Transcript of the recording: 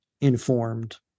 informed